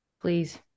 Please